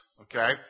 okay